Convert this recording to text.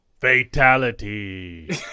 Fatality